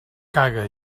caga